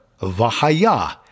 vahaya